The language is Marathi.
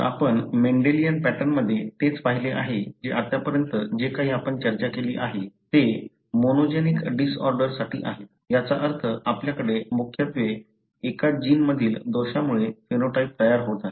तर आपण मेंडेलियन पॅटर्नमध्ये तेच पाहिले आहे जे आतापर्यंत जे काही आपण चर्चा केली आहे ते मोनोजेनिक डिसऑर्डर साठी आहेत याचा अर्थ आपल्याकडे मुख्यत्वे एका जीन मधील दोषामुळे फिनोटाइप तयार होत आहे